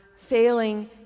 failing